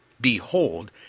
Behold